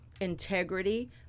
integrity